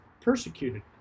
persecuted